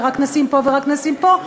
ורק נשים פה ורק נשים פה,